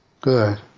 Good